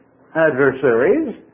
adversaries